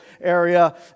area